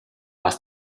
was